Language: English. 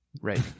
Right